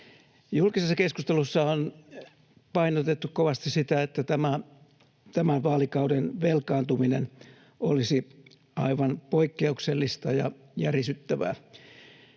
Julkisessa keskustelussa on painotettu kovasti sitä, että tämän vaalikauden velkaantuminen olisi aivan poikkeuksellista ja järisyttävää.